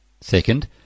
Second